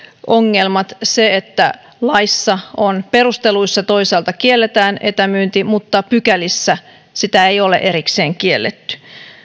ongelmat se että laissa perusteluissa toisaalta kielletään etämyynti mutta pykälissä sitä ei ole erikseen kielletty